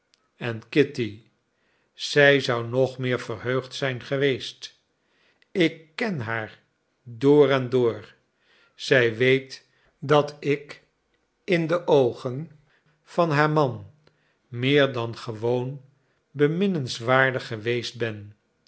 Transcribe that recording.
en kitty zij zou nog meer verheugd zijn geweest ik ken haar door en door zij weet dat ik de oogen van haar man meer dan gewoon beminnenswaardig geweest ben